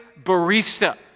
barista